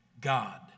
God